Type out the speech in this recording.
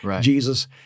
Jesus